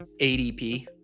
ADP